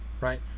right